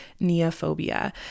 neophobia